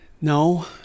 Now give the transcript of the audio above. No